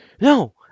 No